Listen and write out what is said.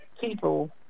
people